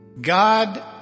God